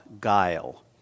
guile